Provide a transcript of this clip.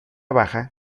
baja